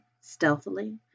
stealthily